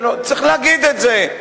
צריך להגיד את זה,